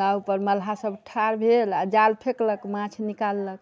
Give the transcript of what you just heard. नाव पर मलाह सभ ठार भेल आओर जाल फेँकलक माछ निकाललक